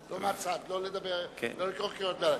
לא לקרוא קריאות ביניים.